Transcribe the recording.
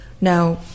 Now